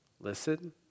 listen